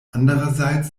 andererseits